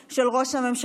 מרמה והפרת אמונים,